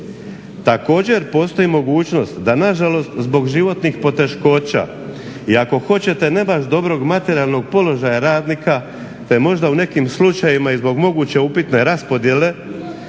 Također postoji mogućnost da nažalost zbog životnih poteškoća, iako hoćete ne baš dobrog materijalnog položaja radnika, te možda u nekim slučajevima i zbog moguće upitne raspodjele